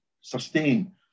sustain